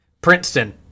Princeton